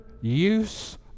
use